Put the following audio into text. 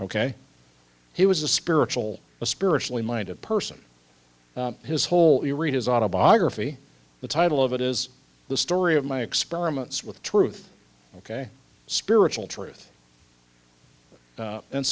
ok he was a spiritual a spiritually minded person his whole you read his autobiography the title of it is the story of my experiments with truth ok spiritual truth